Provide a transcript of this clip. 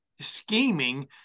scheming